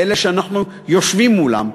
לאלה שאנחנו יושבים מולם,